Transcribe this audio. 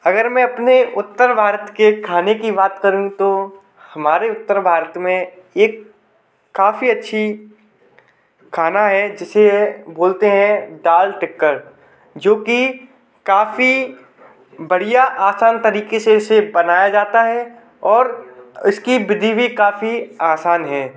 अगर मैं अपने उत्तर भारत के खाने की बात करूँ तो हमारे उत्तर भारत में एक काफ़ी अच्छी खाना है जिसे बोलते हैं दाल टिक्कर जो कि काफ़ी बढ़िया आसान तरीके से इसे बनाया जाता है और इसकी विधि भी काफ़ी आसान है